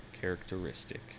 characteristic